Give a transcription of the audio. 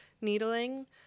needling